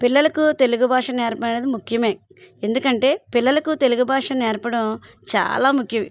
పిల్లలకు తెలుగు భాష నేర్పడం ముఖ్యమే ఎందుకంటే పిల్లలకు తెలుగు భాష నేర్పడం చాలా ముఖ్యం